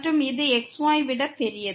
மற்றும் இது xyஐ விட பெரியது